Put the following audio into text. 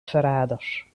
verraders